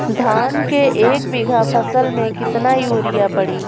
धान के एक बिघा फसल मे कितना यूरिया पड़ी?